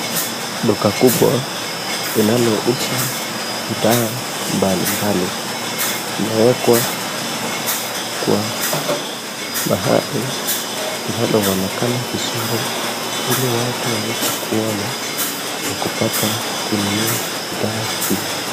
Duka kubwa linalouza bidhaa mbalimbali, imewekwa kwa mahali linaloonekana vizuri ili watu waweze kuona na kupata kununua bidhaa hizi.